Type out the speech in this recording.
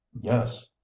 Yes